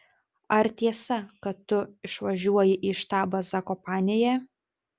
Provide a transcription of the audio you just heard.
ar tiesa kad tu išvažiuoji į štabą zakopanėje